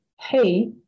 hey